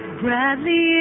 bradley